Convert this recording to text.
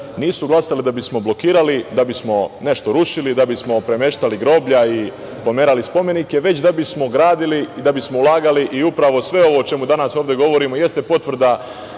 nisu glasali da bismo blokirali, da bismo nešto rušili, da bismo premeštali groblja i pomerali spomenike, već da bi smo ulagali i da bi smo gradili i upravo sve ovo o čemu danas ovde govorimo jeste potvrda